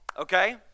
okay